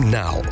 now